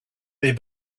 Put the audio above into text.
they